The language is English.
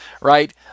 right